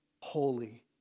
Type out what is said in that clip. holy